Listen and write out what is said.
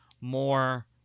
more